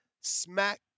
smack